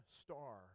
star